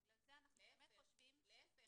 בגלל זה אנחנו באמת חושבים -- להיפך.